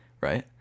right